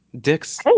Dick's